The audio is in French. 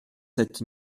sept